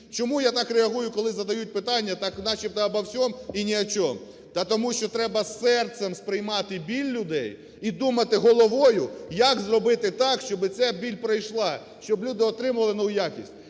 Чому я так реагую, коли задають питання так начебто обо всем и не о чем? Та тому що треба серцем треба сприймати біль людей і думати головою, як зробити так, щоб ця біль пройшла, щоб люди отримали нову якість.